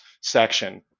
section